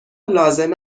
لازم